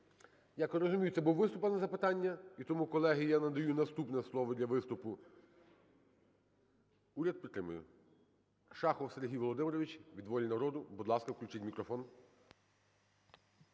Дякую. Розумію, це був виступ, а не запитання. І тому, колеги, я надаю наступне слово для виступу… Уряд підтримує. Шахов Сергій Володимирович від "Волі народу". Будь ласка, включіть мікрофон.